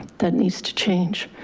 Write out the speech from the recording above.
that needs to change.